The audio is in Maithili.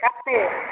कतेक